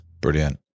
Brilliant